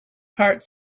part